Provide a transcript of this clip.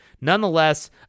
Nonetheless